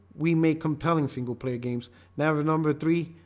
we make compelling single-player games never number three,